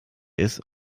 ist